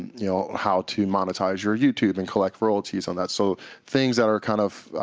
you know, how to monetize your youtube and collect royalties on that so things that are kind of